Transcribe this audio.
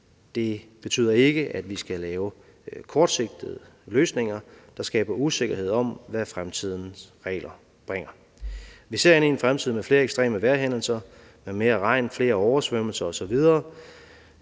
det betyder ikke, at vi skal lave kortsigtede løsninger, der skaber usikkerhed om, hvad fremtidens regler bringer. Vi ser ind i en fremtid med flere ekstreme vejrhændelser, med mere regn, flere oversvømmelser osv.